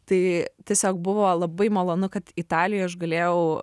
tai tiesiog buvo labai malonu kad italijoj aš galėjau